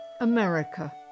America